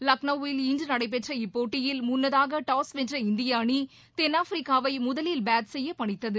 லக்ளோவில் இன்று நடைபெற்ற இப்போட்டியில் முன்னதாக டாஸ் வென்ற இந்திய அணி தென்ணப்பிரிக்காவை முதவில் பேட் செய்ய பணித்தது